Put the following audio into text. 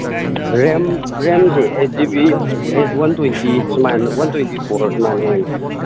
RAM ꯔꯦꯝꯁꯤ eight G B one twenty ꯁꯨꯃꯥꯏꯅ one twenty four ꯁꯨꯃꯥꯏꯅ ꯑꯣꯏꯅꯤ